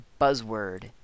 buzzword